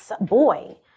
boy